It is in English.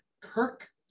Kirk